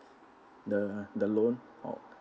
the the loan or